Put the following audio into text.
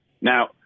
Now